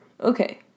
okay